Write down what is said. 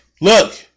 look